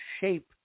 shape